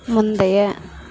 முந்தைய